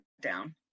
down